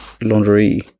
laundry